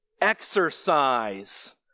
exercise